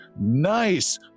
nice